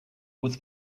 was